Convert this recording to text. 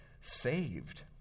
saved